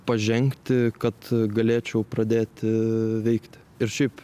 pažengti kad galėčiau pradėti veikti ir šiaip